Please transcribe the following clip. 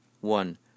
One